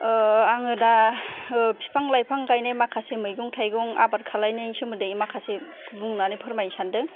ओ आङो दा बिफां लाइफां गायनाय माखासे मैगं थाइगं आबाद खालामनायनि सोमोन्दै माखासे बुंनानै फोरमायनो सानदों